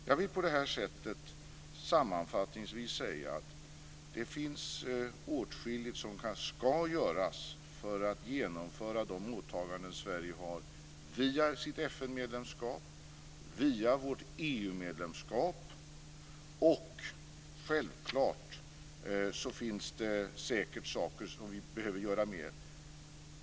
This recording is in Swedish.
Jag vill sammanfattningsvis säga att det finns åtskilligt som ska göras för att genomföra de åtaganden som Sverige har via vårt FN-medlemskap och via vårt EU-medlemskap. Självklart finns det säkert mer som vi behöver göra.